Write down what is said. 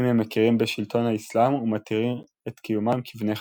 אם הם מכירים בשלטון האסלאם ומתיר את קיומם כבני חסות.